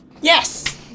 Yes